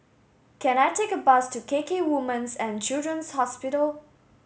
can I take a bus to K K Woman's and Children's Hospital